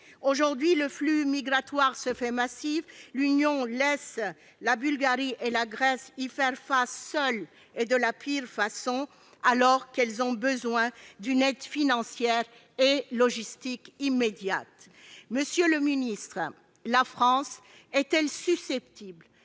Aujourd'hui, le flux migratoire se fait massif et l'Union européenne laisse la Bulgarie et la Grèce y faire face seules et de la pire façon, alors qu'elles ont besoin d'une aide financière et logistique immédiate. Monsieur le ministre, la France est-elle susceptible